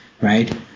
right